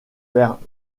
vers